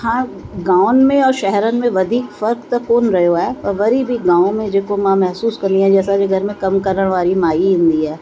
हा गांवनि में और शहरनि में वधीक फ़र्कु त कोन रहियो आहे पर वरी बि गांव में जेको मां महिसूसु कंदी आहे जीअं असांजे घर में कमु करणु वारी माई ईंदी आहे